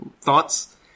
Thoughts